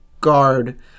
guard